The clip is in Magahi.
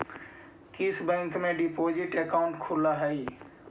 किस बैंक में डिपॉजिट अकाउंट खुलअ हई